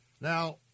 Now